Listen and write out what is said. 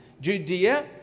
Judea